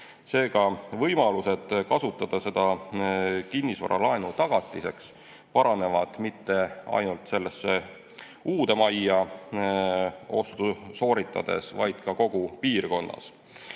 Seega võimalused kasutada seda kinnisvara laenu tagatiseks paranevad mitte ainult sellesse uude majja korterit ostes, vaid kogu piirkonnas.